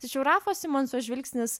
tačiau rafo simonso žvilgsnis